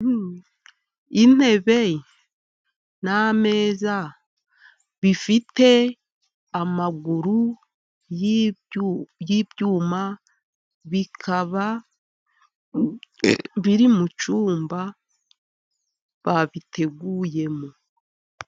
Intebe n'ameza bifite amaguru y'ibyuma, bikaba biri mu cyumba babiteguyemo.